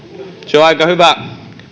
on aika hyvä